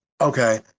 Okay